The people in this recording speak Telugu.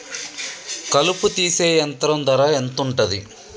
కలుపు తీసే యంత్రం ధర ఎంతుటది?